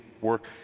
work